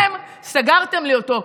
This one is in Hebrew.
אבל אתם סגרתם לי אותו.